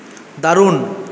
দারুণ